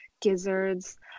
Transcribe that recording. gizzards